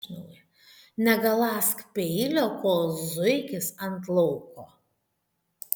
negaląsk peilio kol zuikis ant lauko